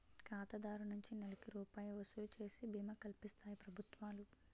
ఖాతాదారు నుంచి నెలకి రూపాయి వసూలు చేసి బీమా కల్పిస్తాయి ప్రభుత్వాలు